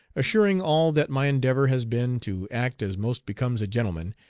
assuring all that my endeavor has been to act as most becomes a gentleman,